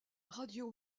radio